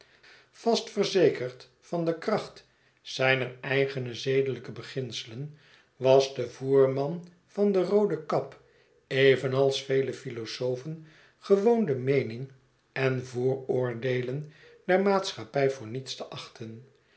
vast verzekerd van de kracht zijner eigene zedelijke beginselen was de voerman van de roode cab evenals vele philosofen gewoon de meeningen en vooroordeelen der maatschappij voor niets te achten